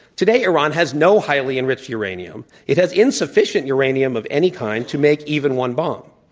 today, iran has no highly-enriched uranium. it has insufficient uranium of any kind to make even one bomb.